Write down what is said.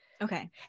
Okay